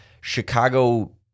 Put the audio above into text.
Chicago